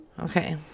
Okay